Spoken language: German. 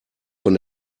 von